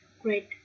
great